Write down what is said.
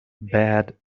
bad